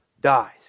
dies